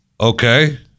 okay